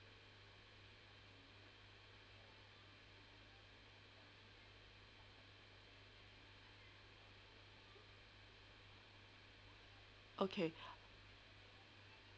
okay